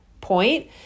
point